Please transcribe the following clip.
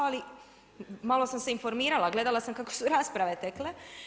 Ali malo sam se informirala, gledala sam kako su rasprave tekle.